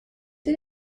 did